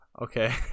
okay